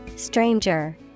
Stranger